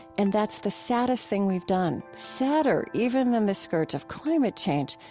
and that's the saddest thing we've done sadder even than the scourge of climate change,